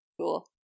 Cool